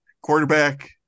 quarterback